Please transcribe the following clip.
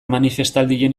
manifestaldien